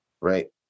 right